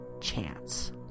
chance